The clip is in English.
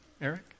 Eric